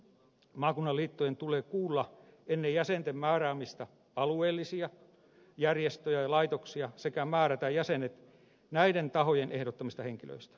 maakunnan liittojen tulee kuulla ennen jäsenten määräämistä alueellisia järjestöjä ja laitoksia sekä määrätä jäsenet näiden tahojen ehdottamista henkilöistä